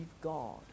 God